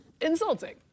insulting